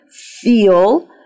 feel